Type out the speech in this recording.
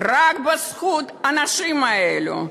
רק בזכות האנשים האלה,